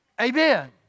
Amen